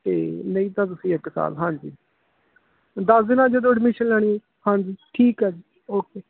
ਅਤੇ ਨਹੀਂ ਤਾਂ ਤੁਸੀਂ ਇੱਕ ਸਾਲ ਹਾਂਜੀ ਦੱਸ ਦੇਣਾ ਜਦੋਂ ਐਡਮਿਸ਼ਨ ਲੈਣੀ ਹਾਂਜੀ ਠੀਕ ਹੈ ਜੀ ਓਕੇ